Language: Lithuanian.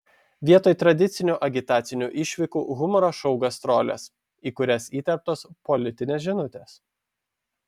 vietoj tradicinių agitacinių išvykų humoro šou gastrolės į kurias įterptos politinės žinutės